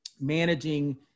managing